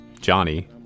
Johnny